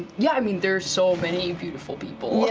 yeah, i mean, there's so many beautiful people,